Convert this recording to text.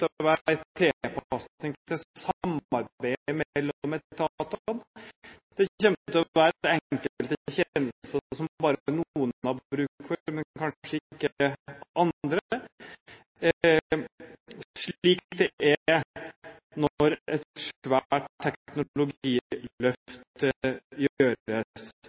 å være tilpasning til samarbeidet mellom etatene. Det kommer til å være enkelte tjenester som bare noen har bruk for, men kanskje ikke andre, slik det er når et svært teknologiløft gjøres.